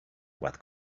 what